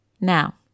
Now